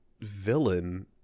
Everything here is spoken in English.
villain